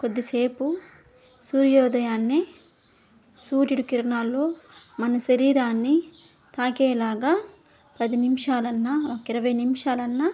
కొద్దిసేపు సూర్యోదయాన్నే సూర్యుడు కిరణాల్లో మన శరీరాన్ని తాకేలాగా పది నిమిషాలన్నా ఒక్క ఇరవై నిమిషాలన్నా